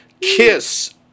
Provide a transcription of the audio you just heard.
Kiss